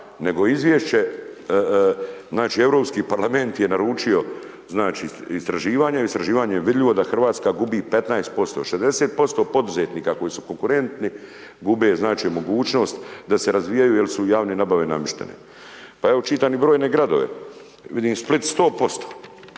nego izvješće, znači Europski parlament je naručio istraživanje, u istraživanju je vidljivo da Hrvatska gubi 15%, 60% poduzetnika koji su konkurentni, gube znači mogućnost da se razvijaju jer su javne nabave namještene. Pa evo čitam i brojne gradove, vidim i Split 100%.